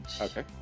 okay